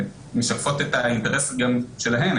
משקפות את האינטרס גם שלהן,